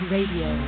Radio